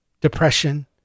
depression